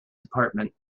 department